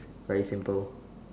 very simple